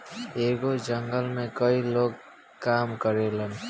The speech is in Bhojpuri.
एगो जंगल में कई लोग काम करेलन